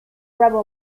rebel